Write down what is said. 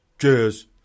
Cheers